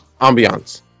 Ambiance